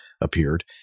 appeared